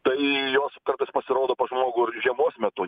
tai jos kartais pasirodo pas žmogų ir žiemos metu